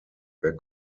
wer